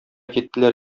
киттеләр